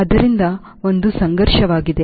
ಆದ್ದರಿಂದ ಅದು ಸಂಘರ್ಷವಾಗಿದೆ